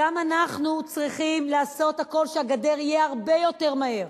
גם אנחנו צריכים לעשות הכול שהגדר תהיה הרבה יותר מהר,